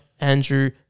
Andrew